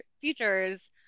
features